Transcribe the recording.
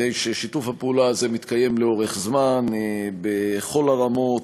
הרי ששיתוף הפעולה הזה מתקיים לאורך זמן בכל הרמות,